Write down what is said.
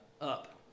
up